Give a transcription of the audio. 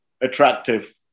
attractive